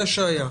זה שהיה,